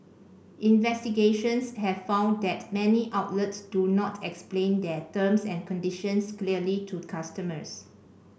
investigations have found that many outlets do not explain their terms and conditions clearly to customers